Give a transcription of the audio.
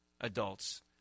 adults